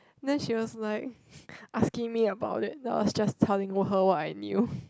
then she was like asking me about it then I was just telling her what I knew